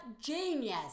genius